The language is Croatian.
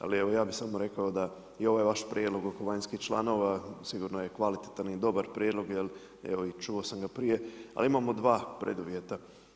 Ali evo ja bi samo rekao da i ovaj vaš prijedlog oko vanjskih članova sigurno je kvalitetan i dobar prijedlog jel čuo sam ga i prije, ali imamo dva preduvjeta.